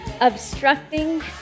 obstructing